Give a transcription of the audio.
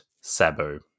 Sabu